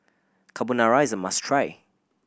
carbonara is a must try